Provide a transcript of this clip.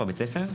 בבית ספר,